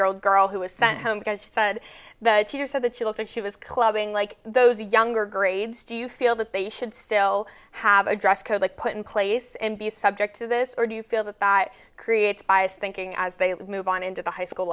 year old girl who was sent home because he said the teacher said that you looked and she was clubbing like those younger grades do you feel that they should still have a dress code like put in place and be subject to this or do you feel that that creates bias thinking as they move on into the high school